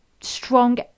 strong